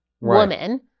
woman